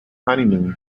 honeymoon